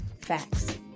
Facts